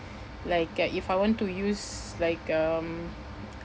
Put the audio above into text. like uh if I want to use like um